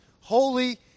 holy